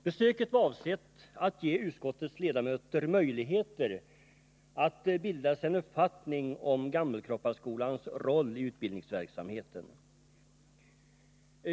Besöket var avsett att ge utskottets ledamöter möjlighet att bilda sig en uppfattning om Gammelkroppaskolans roll i utbildningsverksamheten.